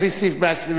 לפי סעיף 121,